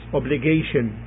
obligation